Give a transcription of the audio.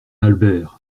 albert